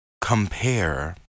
compare